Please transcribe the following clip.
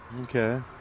Okay